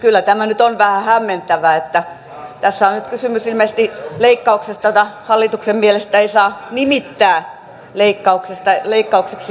kyllä tämä nyt on vähän hämmentävää että tässä on nyt kysymys ilmeisesti leikkauksesta jota hallituksen mielestä ei saa nimittää leikkaukseksi